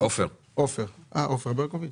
להרוויח כסף במדינה זה לא ניבול פה,